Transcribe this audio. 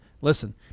Listen